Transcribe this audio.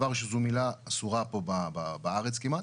שזו מילה אסורה פה בארץ כמעט.